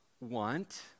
want